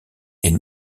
est